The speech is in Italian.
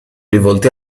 rivolti